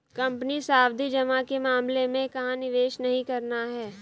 Company सावधि जमा के मामले में कहाँ निवेश नहीं करना है?